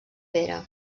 vera